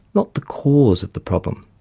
not the cause of the problem.